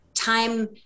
time